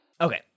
Okay